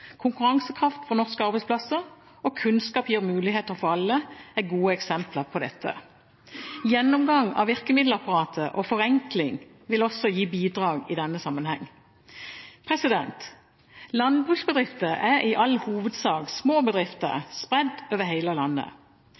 for norske arbeidsplasser» og «Kunnskap gir muligheter for alle» er gode eksempler på dette. Gjennomgang av virkemiddelapparatet og forenkling vil også gi bidrag i denne sammenheng. Landbruksbedrifter er i all hovedsak små bedrifter spredd over hele landet.